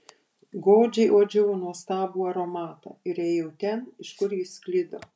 godžiai uodžiau nuostabų aromatą ir ėjau ten iš kur jis sklido